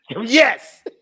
Yes